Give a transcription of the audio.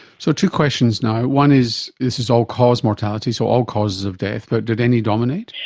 so two questions now, one is this is all-cause mortality, so all causes of death, but did any dominate?